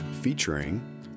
featuring